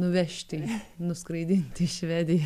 nuvežti nuskraidinti į švediją